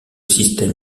système